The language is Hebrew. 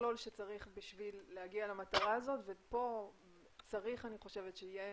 מהמכלול שצריך בשביל להגיע למטרה הזאת ופה צריך אני חושבת שיהיה